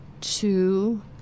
two